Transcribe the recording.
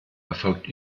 erfolgt